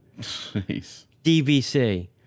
DVC